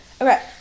Okay